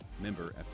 Member